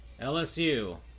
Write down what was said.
LSU